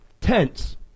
tense